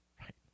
right